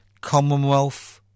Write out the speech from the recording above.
Commonwealth